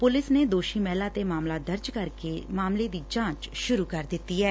police ਨੇ ਦੋਸ਼ੀ ਮਹਿਲਾ ਤੇ ਮਾਮਲਾ ਦਰਜ ਕਰਕੇ ਜਾਂਚ ਸੁਰੂ ਕਰ ਦਿੱਤੀ ਏ